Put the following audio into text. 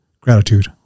gratitude